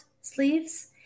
sleeves